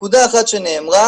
נקודה אחת שנאמרה,